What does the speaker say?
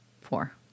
Four